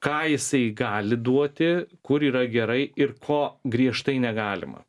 ką jisai gali duoti kur yra gerai ir ko griežtai negalima